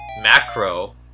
macro